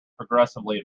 progressively